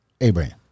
Abraham